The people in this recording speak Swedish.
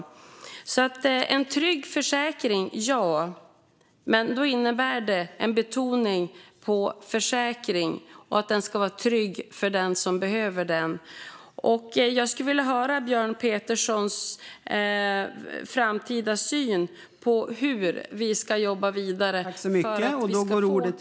Visst ska vi ha en trygg försäkring, men det innebär då en betoning på försäkring och att den ska vara trygg för den som behöver den. Jag skulle vilja höra Björn Peterssons syn på hur vi i framtiden ska jobba vidare för att vi ska få en trygg försäkring.